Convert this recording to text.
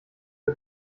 der